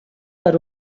per